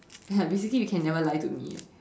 ya basically you can never lie to me eh